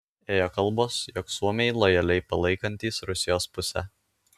ėjo kalbos jog suomiai lojaliai palaikantys rusijos pusę